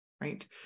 right